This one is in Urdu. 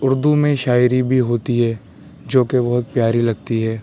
اردو میں شاعری بھی ہوتی ہے جو کہ بہت پیاری لگتی ہے